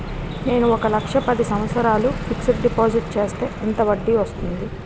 నేను ఒక లక్ష పది సంవత్సారాలు ఫిక్సడ్ డిపాజిట్ చేస్తే ఎంత వడ్డీ వస్తుంది?